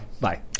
bye